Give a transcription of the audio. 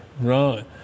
Right